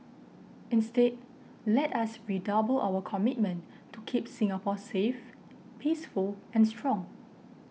instead let us redouble our commitment to keep Singapore safe peaceful and strong